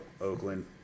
Oakland